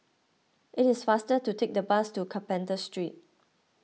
it is faster to take the bus to Carpenter Street